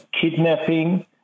kidnapping